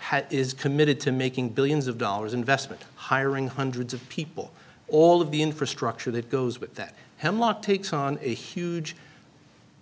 had is committed to making billions of dollars investment hiring hundreds of people all of the infrastructure that goes with that hemlock takes on a huge